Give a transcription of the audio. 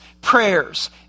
prayers